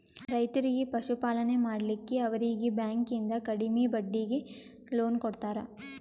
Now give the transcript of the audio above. ರೈತರಿಗಿ ಪಶುಪಾಲನೆ ಮಾಡ್ಲಿಕ್ಕಿ ಅವರೀಗಿ ಬ್ಯಾಂಕಿಂದ ಕಡಿಮೆ ಬಡ್ಡೀಗಿ ಲೋನ್ ಕೊಡ್ತಾರ